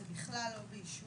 זה בכלל לא באישור,